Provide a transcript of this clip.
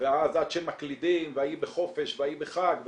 ואז עד שמקלידים וההיא בחופש וההיא בחג,